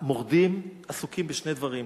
המורדים עסוקים בשני דברים: